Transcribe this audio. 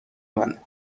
منه